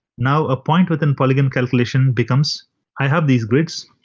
now a point within polygon calculation becomes i have these grids.